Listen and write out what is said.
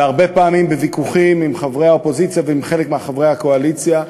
והרבה פעמים בוויכוחים עם חברי האופוזיציה ועם חלק מחברי הקואליציה,